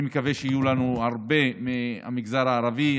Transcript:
אני מקווה שיהיו לנו הרבה מהמגזר הערבי,